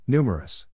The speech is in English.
Numerous